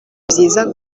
byiza